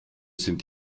sind